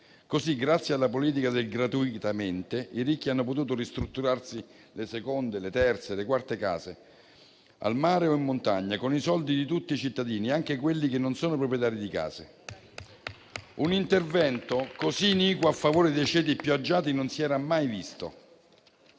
Così, grazie alla politica del «gratuitamente», i ricchi hanno potuto ristrutturarsi le seconde, le terze e le quarte case, al mare o in montagna, con i soldi di tutti i cittadini, anche quelli che non sono proprietari di case. Un intervento così iniquo a favore dei ceti più agiati non si era mai visto.